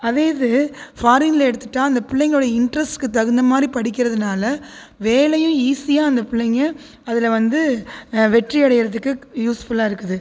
அதே இது ஃபாரினில் எடுத்துட்டால் அந்த பிள்ளங்களோட இன்ட்ரெஸ்ட்டுக்கு தகுந்த மாதிரி படிக்கிறதுனால வேலையும் ஈஸியாக அந்த பிள்ளங்க அதில் வந்து வெற்றியடையிரதுக்கு யூஸ் ஃபுல்லாருக்குது